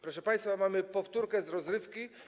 Proszę państwa, mamy powtórkę z rozrywki.